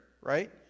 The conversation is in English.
right